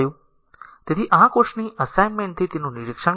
તેથી આ કોર્સની r અસાઇનમેન્ટથી તેનું નિરીક્ષણ કરો